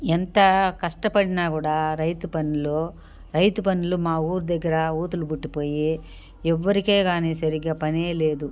ఎంత కష్టపడినా కూడా రైతుపనులు రైతుపనులు మా ఊరి దగ్గర ఊతులు కొట్టుకుపోయి ఎవ్వరికే రానే సరిగా పనేలేదు